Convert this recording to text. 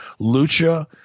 Lucha